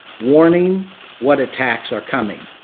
warning what attacks are coming.